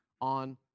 on